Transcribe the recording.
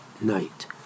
night